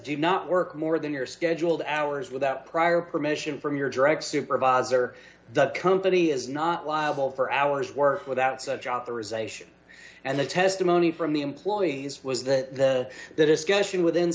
do not work more than your scheduled hours without prior permission from your direct supervisor the company is not liable for hours of work without such authorization and the testimony from the employees was that the discussion within